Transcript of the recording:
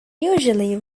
usually